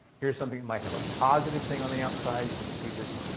here's something that might have a positive thing on the outside. you can see this